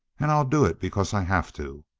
and i'll do it because i have to.